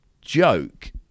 joke